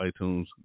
iTunes